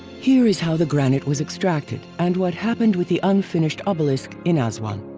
here is how the granite was extracted and what happened with the unfinished obelisk in ah aswan.